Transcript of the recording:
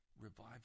revival